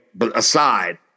aside